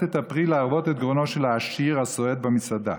את הפרי להרוות את גרונו של העשיר הסועד במסעדה